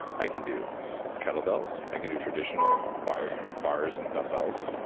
i can do kettlebells. i can do traditional bars bars and dumbbells.